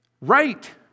Right